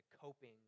coping